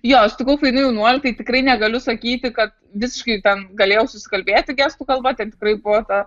jo aš sutikau nu jaunuolių tai tikrai negaliu sakyti kad visiškai ten galėjau susikalbėti gestų kalba ten tikrai buvo ta